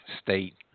state